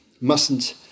mustn't